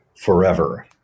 forever